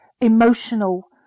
emotional